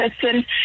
person